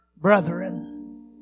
brethren